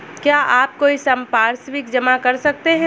क्या आप कोई संपार्श्विक जमा कर सकते हैं?